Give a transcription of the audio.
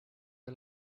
wir